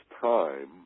time